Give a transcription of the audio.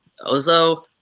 Ozo